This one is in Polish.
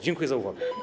Dziękuję za uwagę.